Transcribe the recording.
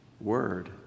word